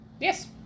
Yes